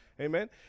Amen